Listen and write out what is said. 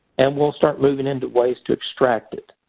and we'll start moving into ways to extract it.